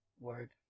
Word